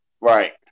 Right